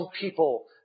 people